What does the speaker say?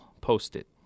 post-it